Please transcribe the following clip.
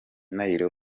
nairobi